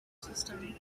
system